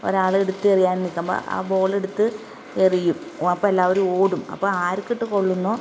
ഒരാൾ എടുത്തെറിയാൻ നിൽക്കുമ്പം ആ ബോളെടുത്ത് എറിയും അപ്പം എല്ലാവരും ഓടും അപ്പം ആർക്കിട്ട് കൊള്ളുന്നോ